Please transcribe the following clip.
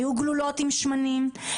היו גלולות עם שמנים,